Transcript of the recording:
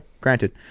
Granted